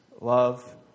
Love